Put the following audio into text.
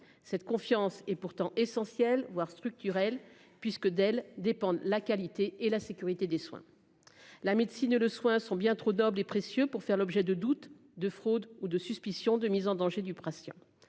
Cette confiance est pourtant essentiel, voire structurelles puisque d'elle dépendent la qualité et la sécurité des soins. La médecine le soin sont bien trop nobles et précieux pour faire l'objet de doutes de fraude ou de suspicion de mise en danger du pression.